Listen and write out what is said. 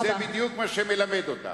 כי זה בדיוק מה שמלמד אותם.